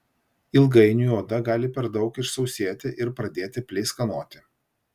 ilgainiui oda gali per daug išsausėti ir pradėti pleiskanoti